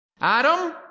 Adam